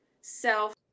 self